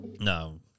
No